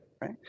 right